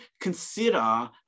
consider